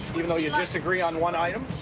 even though you disagree on one item?